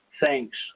thanks